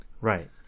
Right